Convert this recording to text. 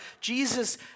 Jesus